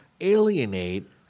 alienate